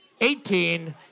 Eighteen